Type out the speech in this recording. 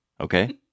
okay